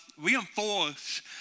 reinforce